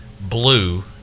Blue